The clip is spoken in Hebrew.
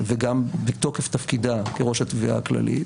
וגם בתוקף תפקידה כראש התביעה הכללית